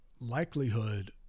likelihood